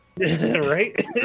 Right